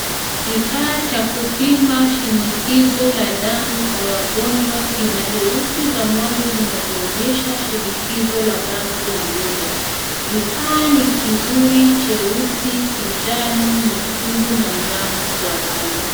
Kifaa cha kupima shinikizo la damu kwa magonjwa kina herufi za mwanzo zinazoonyesha shinikizo la damu la mgonjwa. Kifaa ni kizuri cheusi, kijani, nyekundu na njano kwa rangi.